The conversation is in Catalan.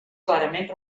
clarament